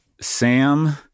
Sam